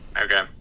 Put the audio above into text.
okay